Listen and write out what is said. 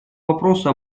вопросу